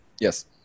Yes